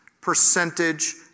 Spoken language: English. percentage